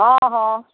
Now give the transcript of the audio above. हँ हँ